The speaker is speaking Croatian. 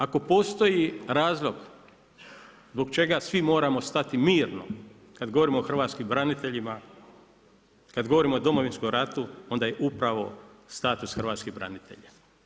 Zbog toga ako postoji razlog zbog čega svi moramo stati mirno kada govorimo o hrvatskim braniteljima, kada govorimo o Domovinskom ratu onda je upravo status hrvatskih branitelja.